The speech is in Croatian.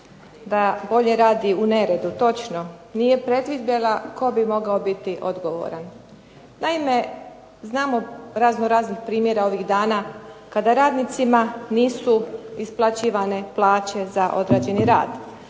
da bolje radi u neredu. Točno. Nije predvidjela tko bi mogao biti odgovoran. Naime, znamo razno raznih primjera ovih dana kada radnicima nisu isplaćivane plaće za odrađeni rad,